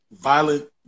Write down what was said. violent